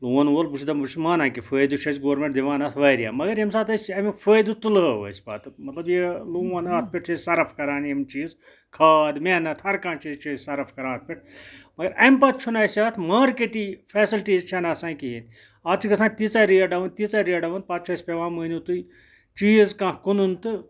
لون وون بہٕ چھُس دَپان بہٕ چھُس مانان کہِ فٲیدٕ چھُ اَسہِ گورمٮ۪نٛٹ دِوان اَتھ واریاہ مگر ییٚمہِ ساتہٕ أسۍ اَمیُک فٲیدٕ تُلہٕ ۂو أسۍ پَتہٕ مطلب یہِ لون اَتھ پٮ۪ٹھ چھِ أسۍ صرف کَران یِم چیٖز کھاد محنت ہرکانٛہہ چیٖز چھِ أسۍ صرف کَران اَتھ پٮ۪ٹھ مگر اَمہِ پَتہٕ چھُنہٕ اَسہِ اَتھ مارکیٹٕے فیسَلٹیٖز چھَنہٕ آسان کِہیٖنۍ اَتھ چھِ گژھان تیٖژاہ ریٹ ڈاوُن تیٖژاہ ریٹ ڈاوُن پَتہٕ چھُ اَسہِ پٮ۪وان مٲنِو تُہۍ چیٖز کانٛہہ کُنُن تہٕ